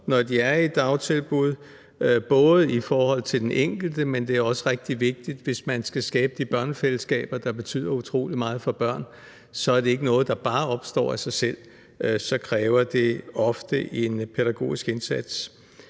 når de er i dagtilbud, både i forhold til den enkelte, men det er også rigtig vigtigt, hvis man skal skabe de børnefællesskaber, der betyder utrolig meget for børn. Det er ikke noget, der bare opstår af sig selv. Det kræver ofte en pædagogisk indsats.